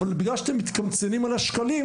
אבל בגלל שאתם מתקמצנים על השקלים,